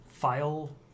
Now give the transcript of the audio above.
file